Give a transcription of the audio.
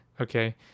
okay